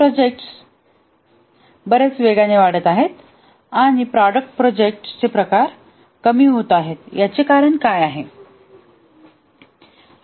service project बरेच वेगाने वाढत आहेत आणि प्रॉडक्ट प्रोजेक्टचे प्रकार कमी होत आहेत याचे कारण काय आहे